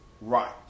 Right